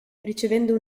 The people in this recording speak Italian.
ricevendo